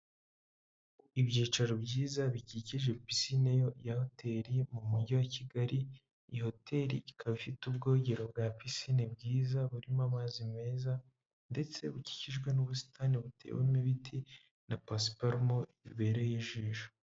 Ibyicaro byiza bikikije pisine yo ya hoteri mu mujyi wa Kigali, iyi hoteri ikaba ifite ubwogero bwa pisine bwiza burimo amazi meza ndetse bukikijwe n'ubusitani butewemo ibiti na pasiparumo bibereye ijisho.